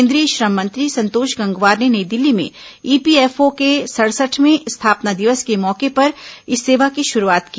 केंद्रीय श्रम मंत्री संतोष गंगवार ने नई दिल्ली में ईपीएफओ के सड़सठवें स्थापना दिवस के मौके पर इस सेवा की शुरूआत की